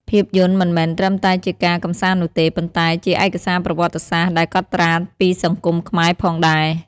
ភាពយន្តមិនមែនត្រឹមតែជាការកម្សាន្តនោះទេ ប៉ុន្តែជាឯកសារប្រវត្តិសាស្ត្រដែលកត់ត្រាពីសង្គមខ្មែរផងដែរ។